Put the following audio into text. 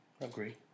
Agree